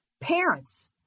parents